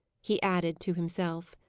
he added, to himself.